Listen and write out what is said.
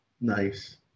Nice